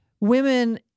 women